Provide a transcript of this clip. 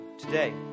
today